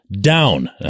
down